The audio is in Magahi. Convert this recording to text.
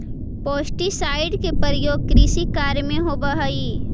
पेस्टीसाइड के प्रयोग कृषि कार्य में होवऽ हई